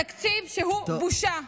תקציב שהוא בושה.